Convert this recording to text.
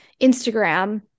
instagram